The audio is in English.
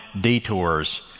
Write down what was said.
detours